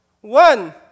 one